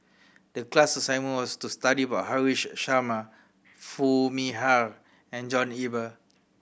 the class assignment was to study about Haresh Sharma Foo Mee Har and John Eber